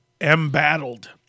Embattled